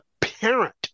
parent